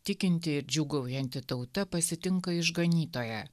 tikinti ir džiūgaujanti tauta pasitinka išganytoją